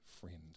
friend